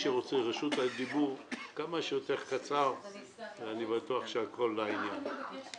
והשעה 10:38. הדיון הזה אמור להסתיים לפחות עד 11:30. תבינו שהיום כל דקה בוועדה מאוד מאוד חשובה לנו,